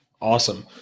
Awesome